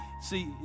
See